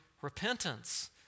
repentance